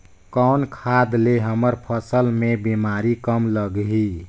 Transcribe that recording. कौन खाद ले हमर फसल मे बीमारी कम लगही?